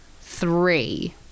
Three